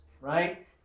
right